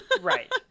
Right